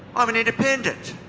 i'm an independent.